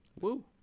Woo